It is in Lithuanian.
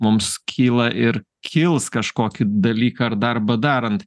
mums kyla ir kils kažkokį dalyką ar darbą darant